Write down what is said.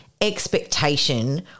expectation